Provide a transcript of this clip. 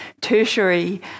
tertiary